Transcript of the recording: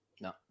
No